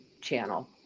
channel